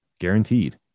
guaranteed